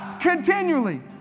continually